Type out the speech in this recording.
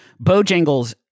Bojangles